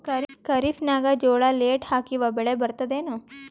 ಖರೀಫ್ ನಾಗ ಜೋಳ ಲೇಟ್ ಹಾಕಿವ ಬೆಳೆ ಬರತದ ಏನು?